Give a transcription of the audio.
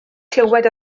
clywed